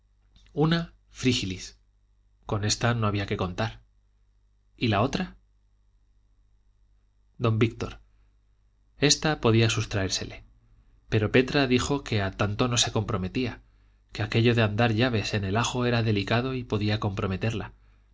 una frígilis con esta no había que contar y la otra don víctor esta podía sustraérsele pero petra dijo que a tanto no se comprometía que aquello de andar llaves en el ajo era delicado y podía comprometerla